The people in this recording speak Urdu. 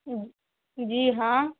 جی ہاں